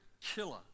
killer